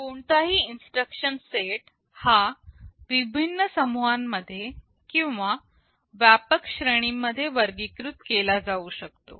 कोणताही instruction set हा विभिन्न समूहांमध्ये किंवा व्यापक श्रेणी मध्ये वर्गीकृत केला जाऊ शकतो